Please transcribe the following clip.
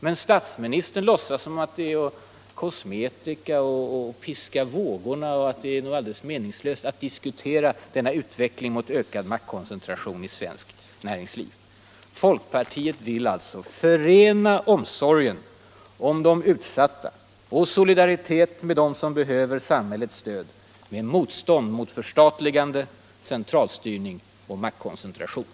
Men statsministern låtsas som om det är fråga om kosmetika och att piska vågorna och att det är alldeles meningslöst att diskutera den här utvecklingen mot ökad maktkoncentration i svenskt näringsliv. Folkpartiet vill alltså förena omsorgen om de utsatta och solidariteten med dem som behöver samhällets stöd med motstånd mot förstatligande, centralstyrning och maktkoncentration.